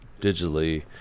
digitally